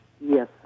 Yes